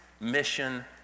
mission